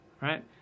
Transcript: Right